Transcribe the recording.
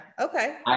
Okay